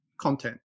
content